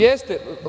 Jeste.